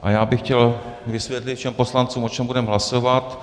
A já bych chtěl vysvětlit všem poslancům, o čem budeme hlasovat.